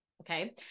Okay